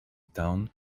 town